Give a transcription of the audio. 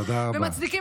תודה רבה.